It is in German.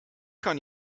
kann